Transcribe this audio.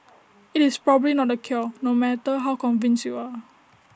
IT is probably not the cure no matter how convinced you are